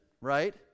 right